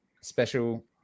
special